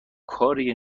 کاریه